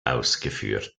ausgeführt